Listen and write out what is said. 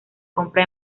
compra